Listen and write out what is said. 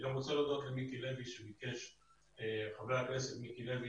אני רוצה להודות לחבר הכנסת מיקי לוי,